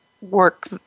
work